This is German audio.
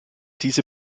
diese